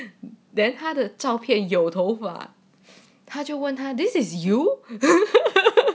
then 他的照片有头发他就问他 this is you